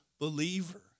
believer